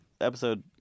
episode